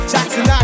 Jackson